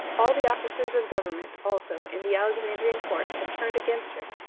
all the officers of government, also, in the alexandrian court had turned against her,